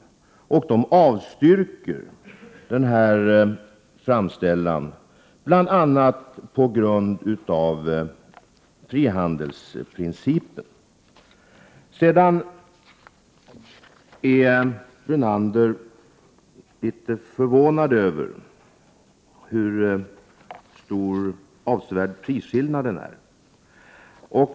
Kommerskollegium avstyrkte framställan bl.a. på grund av frihandelsprincipen. Lennart Brunander är litet förvånad över den avsevärda prisskillnaden.